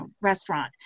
restaurant